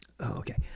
okay